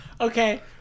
Okay